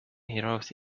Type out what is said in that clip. heroes